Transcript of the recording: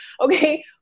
Okay